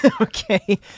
Okay